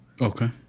Okay